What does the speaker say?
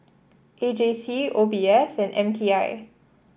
A J C O B S and M T I